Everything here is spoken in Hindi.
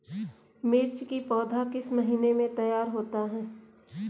मिर्च की पौधा किस महीने में तैयार होता है?